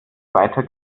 weiter